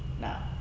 Now